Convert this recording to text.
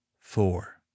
four